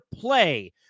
play